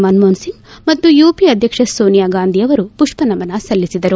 ಮನಮೋಹನ್ ಸಿಂಗ್ ಮತ್ತು ಯುಪಿಎ ಅಧ್ಯಕ್ಷೆ ಸೋನಿಯಾ ಗಾಂಧಿ ಅವರು ಪುಷ್ಷನಮನ ಸಲ್ಲಿಸಿದರು